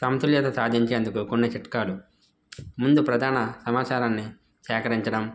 సమతుల్యత సాధించేందుకు కొన్ని చిట్కాలు ముందు ప్రధాన సమాచారాన్ని సేకరించడం